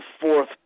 fourth